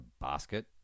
basket